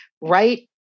right